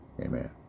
Amen